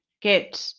Good